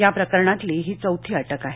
या प्रकरणातील ही चौथी अटक आहे